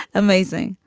amazing.